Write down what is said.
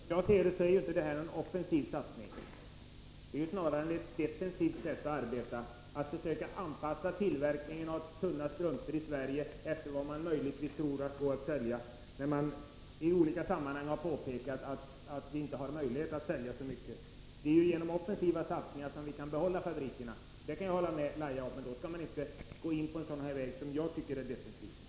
Fru talman! Som jag ser det, är vad som nu föreslås inte någon offensiv satsning. Det är snarare ett defensivt sätt att arbeta, att försöka anpassa tillverkningen av tunna strumpor i Sverige efter vad man möjligtvis tror går att sälja, när man i olika sammanhang har påpekat att vi inte har möjlighet att sälja så mycket. Det är genom offensiva satsningar som vi kan hålla fabrikerna i gång — det kan jag hålla med Lahja Exner om — men då skall man inte gå till väga på ett sätt som jag tycker är defensivt.